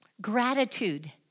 gratitude